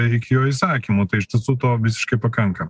ir iki jo įsakymų tai iš tiesų to visiškai pakanka